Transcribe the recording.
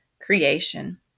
creation